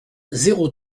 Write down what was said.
zéro